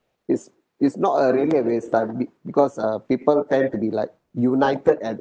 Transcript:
it's it's not a really a waste time be~ because uh people tend to be like united at